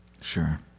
Sure